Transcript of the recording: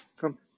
Come